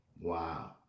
wow